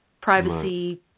privacy